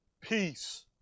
Peace